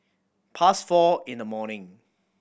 past four in the morning